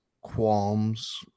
qualms